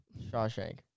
Shawshank